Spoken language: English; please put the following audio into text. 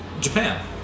Japan